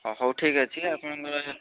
ହଁ ହଉ ଠିକ୍ ଅଛି ଆପଣ